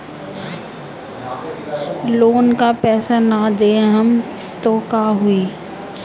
Loan का पैस न देहम त का होई?